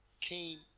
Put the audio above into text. came